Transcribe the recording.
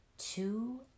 Two